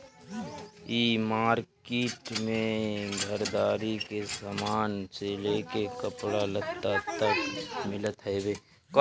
इ मार्किट में घरदारी के सामान से लेके कपड़ा लत्ता तक मिलत हवे